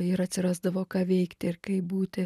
ir atsirasdavo ką veikti ir kaip būti